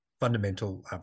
fundamental